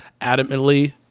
adamantly